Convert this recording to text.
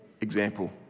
example